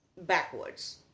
backwards